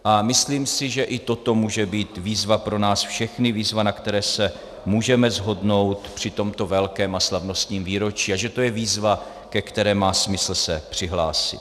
A myslím si, že i toto může být výzva pro nás všechny, výzva, na které se můžeme shodnout při tomto velkém a slavnostním výročí, a že to je výzva, ke které má smysl se přihlásit.